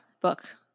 book